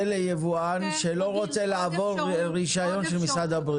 זה ליבואן שלא רוצה לעבור רישיון של משרד הבריאות.